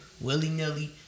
willy-nilly